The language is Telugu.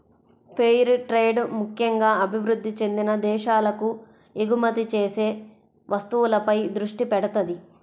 ఫెయిర్ ట్రేడ్ ముక్కెంగా అభివృద్ధి చెందిన దేశాలకు ఎగుమతి చేసే వస్తువులపై దృష్టి పెడతది